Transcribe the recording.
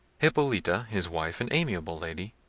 hippolita, his wife, an amiable lady,